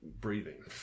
breathing